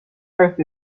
earth